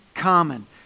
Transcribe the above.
common